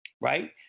right